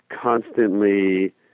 constantly